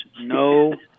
No